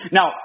Now